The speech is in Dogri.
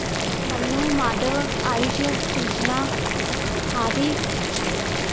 मन्नू माधव आयूश कृश्णा आदी